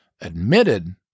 admitted